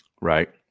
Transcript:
Right